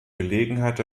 gelegenheit